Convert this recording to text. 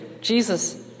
Jesus